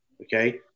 Okay